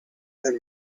than